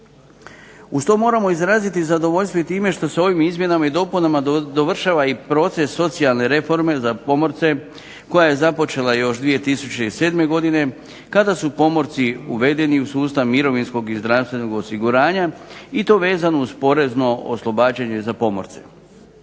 Uz to moramo izraziti zadovoljstvo i time što se ovim izmjenama i dopunama dovršava proces socijalne reforme za pomorce koja je započela još 2007. godine kada su pomorci uvedeni u sustav mirovinskog i zdravstvenog osiguranja i to vezano uz porezno oslobađanje za pomorce.